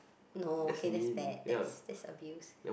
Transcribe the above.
no okay that's bad that's that's abuse